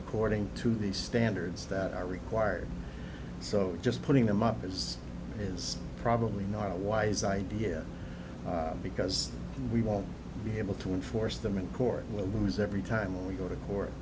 according to the standards that are required so just putting them up as is probably not a wise idea because we won't be able to enforce them in court we'll lose every time we go to court